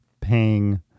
paying